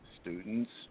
students